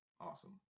awesome